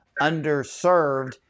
underserved